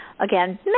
Again